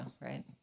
right